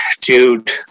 dude